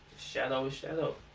shadow, shadow.